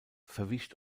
verwischt